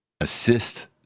assist